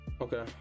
Okay